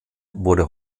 wurde